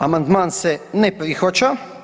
Amandman se ne prihvaća.